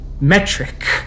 Metric